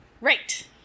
right